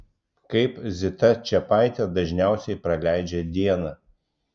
kaip zita čepaitė dažniausiai praleidžia dieną